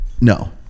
no